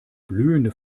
blühende